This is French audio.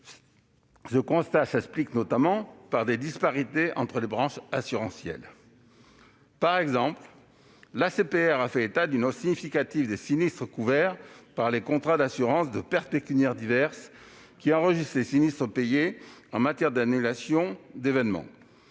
Ce constat s'explique notamment par des disparités entre les branches assurantielles. Par exemple, l'ACPR a fait état d'une hausse significative des sinistres couverts par les contrats d'assurance de « pertes pécuniaires diverses », qui enregistrent les sinistres payés en matière d'annulation d'événements.